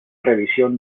revisión